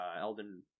Elden